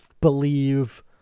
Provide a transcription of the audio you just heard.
believe